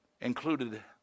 included